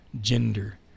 gender